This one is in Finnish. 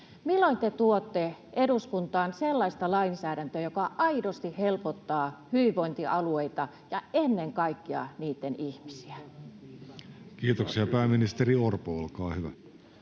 Milloin te tuotte eduskuntaan sellaista lainsäädäntöä, joka aidosti helpottaa hyvinvointialueita ja ennen kaikkea niitten ihmisiä? Kiitoksia. — Pääministeri Orpo, olkaa hyvä.